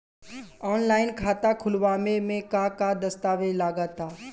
Online खाता खूलावे म का का दस्तावेज लगा ता?